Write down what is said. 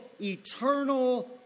eternal